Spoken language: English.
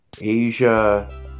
Asia